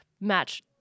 match